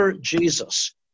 Jesus